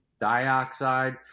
dioxide